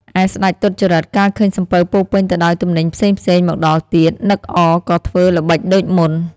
ឯស្ដេចទុច្ចរិត កាលឃើញសំពៅពោរពេញទៅដោយទំនិញផ្សេងៗ មកដល់ទៀត នឹក អរ ក៏ធ្វើល្បិចដូចមុន ។